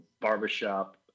Barbershop